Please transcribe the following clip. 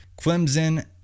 Clemson